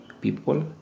people